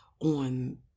On